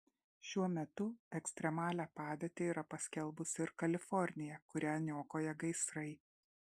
šiuo metu ekstremalią padėtį yra paskelbusi ir kalifornija kurią niokoja gaisrai